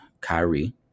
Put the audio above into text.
Kyrie